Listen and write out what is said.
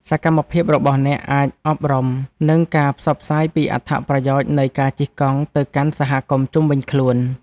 សកម្មភាពរបស់អ្នកអាចអប់រំ និងការផ្សព្វផ្សាយពីអត្ថប្រយោជន៍នៃការជិះកង់ទៅកាន់សហគមន៍ជុំវិញខ្លួន។